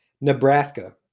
Nebraska